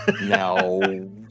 No